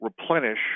replenish